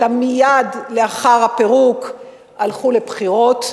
אלא מייד לאחר הפירוק הלכו לבחירות,